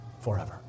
forever